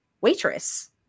waitress